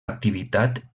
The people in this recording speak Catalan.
activitat